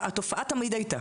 התופעה תמיד הייתה.